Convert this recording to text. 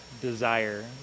desire